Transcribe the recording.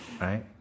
right